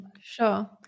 Sure